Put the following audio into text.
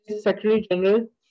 Secretary-General